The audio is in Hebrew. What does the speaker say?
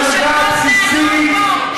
בדרגה בסיסית,